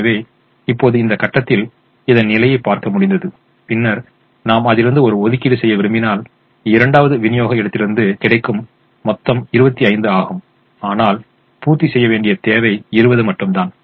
எனவே இப்போது இந்த கட்டத்தில் இதன் நிலையைப் பார்க்க முடிந்தது பின்னர் நாம் அதிலிருந்து ஒரு ஒதுக்கீடு செய்ய விரும்பினால் இரண்டாவது விநியோக இடத்திலிருந்து கிடைக்கும் மொத்தம் 25 ஆகும் ஆனால் பூர்த்தி செய்ய வேண்டிய தேவை 20 மட்டும் தான்